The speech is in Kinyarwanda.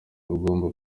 ugomba